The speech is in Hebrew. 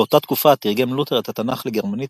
באותה תקופה תרגם לותר את התנ"ך לגרמנית